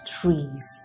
trees